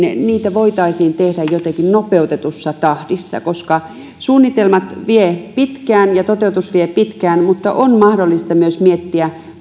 voitaisiin tehdä jotenkin nopeutetussa tahdissa koska suunnitelmat vievät pitkään ja toteutus vie pitkään mutta on mahdollista myös miettiä